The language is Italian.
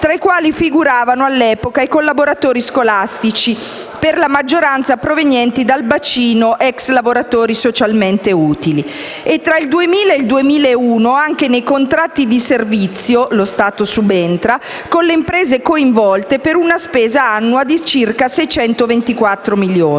tra i quali figuravano all'epoca i collaboratori scolastici (per la maggioranza provenienti dal bacino degli ex lavoratori socialmente utili) e, tra il 2000 e il 2001, lo Stato subentra anche nei contratti di servizio con le imprese coinvolte, per una spesa annua di circa 624 milioni